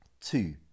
Two